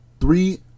three